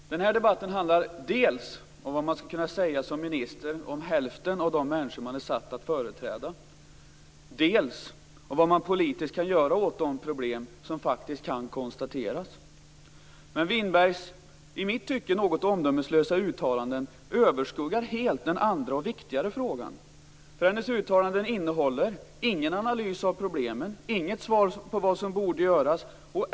Fru talman! Den här debatten handlar dels om vad man skulle kunna säga som minister om hälften av de människor som man är satt att företräda, dels om vad man politiskt kan göra åt de problem som faktiskt kan konstateras. Winbergs i mitt tycke något omdömeslösa uttalanden överskuggar helt den andra och viktigare frågan, för hennes uttalanden innehåller inte någon analys av problemen och inte något svar på vad som borde göras.